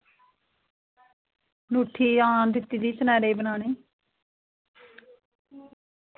नूठी हां दित्ती दी सनेयारे गी बनाने